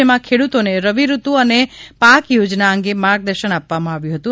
જેમાં ખેડૂતોને રવિ ઋતુ અને પાક યોજના અંગે માર્ગદર્શન આપવામાં આવ્યુ હતુ